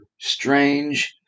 strange